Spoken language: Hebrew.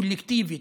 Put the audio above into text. קולקטיבית,